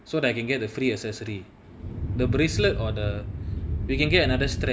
so that I can get a free accessory the bracelet or the you can get another strap